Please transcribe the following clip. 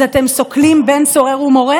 אתם סוקלים בן סורר ומורה,